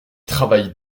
travaille